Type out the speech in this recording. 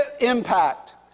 impact